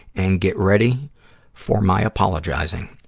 and get ready for my apologizing.